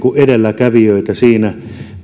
edelläkävijöitä siinä